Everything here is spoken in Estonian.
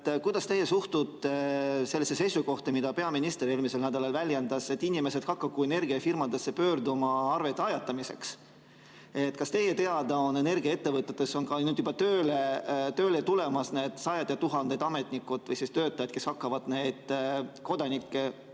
kuidas teie suhtute sellesse seisukohta, mida peaminister eelmisel nädalal väljendas, et inimesed hakaku energiafirmadesse pöörduma arvete ajatamiseks. Kas teie teada on energiaettevõtetes nüüd juba tööle tulemas need sajad ja tuhanded ametnikud või töötajad, kes hakkavad menetlema neid